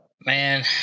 Man